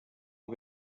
amb